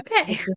okay